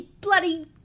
bloody